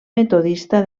metodista